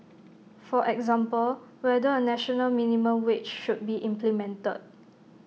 for example whether A national minimum wage should be implemented